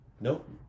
Nope